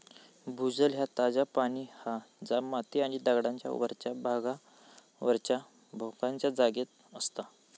भूजल ह्या ताजा पाणी हा जा माती आणि दगडांच्या वरच्या भागावरच्या भोकांच्या जागेत असता